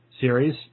series